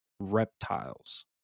reptiles